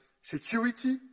security